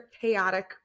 chaotic